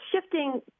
shifting